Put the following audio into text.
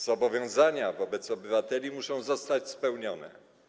Zobowiązania wobec obywateli muszą zostać spełnione.